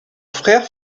frère